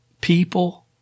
people